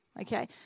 okay